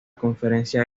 conferencia